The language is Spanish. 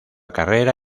carrera